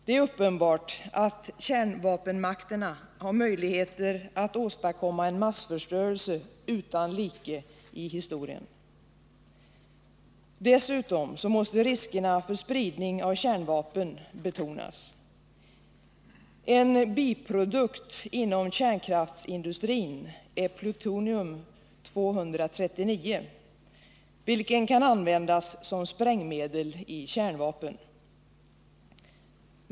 Det är uppenbart att kärnvapenmakterna har möjligheter att åstadkomma en massförstörelse utan like i historien. Dessutom måste riskerna för spridning av kärnvapen betonas. En biprodukt inom kärnkraftsindustrin är plutonium 239, vilket kan användas som sprängmedel i kärnvapen.